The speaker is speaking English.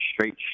straight